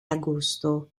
agosto